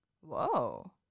Whoa